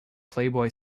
playboy